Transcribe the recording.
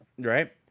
Right